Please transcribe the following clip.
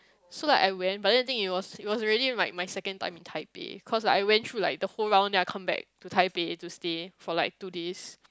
so like I went but then the thing it was it was really my my second time in Taipei cause like I went through like the whole round then I come back to Taipei to stay for like two days